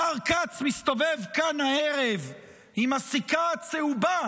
השר כץ מסתובב כאן הערב עם הסיכה הצהובה